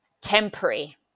temporary